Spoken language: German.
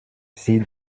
sie